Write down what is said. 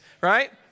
right